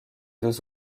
deux